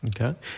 Okay